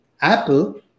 Apple